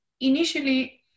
initially